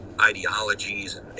Ideologies